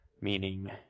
meaning